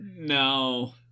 No